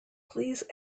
please